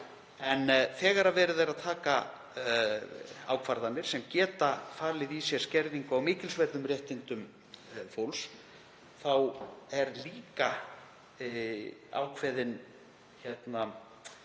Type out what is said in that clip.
en þegar verið er að taka ákvarðanir sem geta falið í sér skerðingu á mikilsverðum réttindum fólks þá eru líka ákveðin,